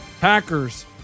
Packers